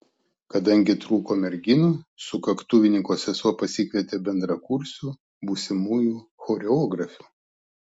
kadangi trūko merginų sukaktuvininko sesuo pasikvietė bendrakursių būsimųjų choreografių